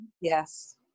Yes